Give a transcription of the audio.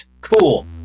cool